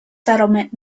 settlement